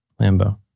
Lambo